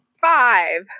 Five